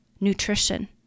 nutrition